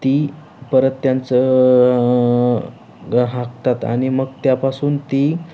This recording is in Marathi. ती परत त्यांचं हागतात आणि मग त्यापासून ती